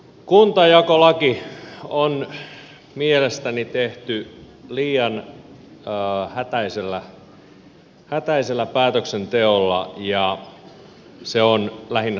kuntajakolaki on mielestäni tehty liian hätäisellä päätöksenteolla ja se on lähinnä sanelupolitiikkaa